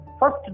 first